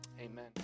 amen